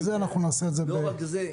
אנחנו נעשה את זה בפעם אחרת.